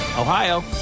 Ohio